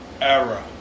era